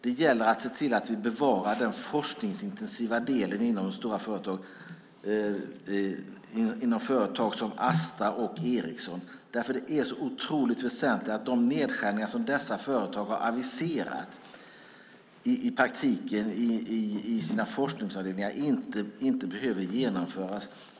Det gäller att se till att vi bevarar den forskningsintensiva delen inom de stora företagen såsom Astra och Ericsson. Det är så otroligt väsentligt att de nedskärningar som dessa företag har aviserat i praktiken i sina forskningsavdelningar inte behöver genomföras.